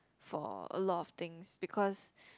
for a lot of things because